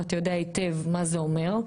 ואתה יודע היטב מה זה אומר,